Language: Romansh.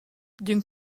d’ün